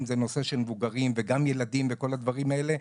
אם זה נושא של מבוגרים וגם ילדים וכל הדברים האלה,